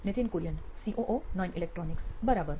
Nithin Kurian COO નોઇન electronics બરાબર